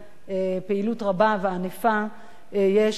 יש פעילות רבה וענפה עבור ציבור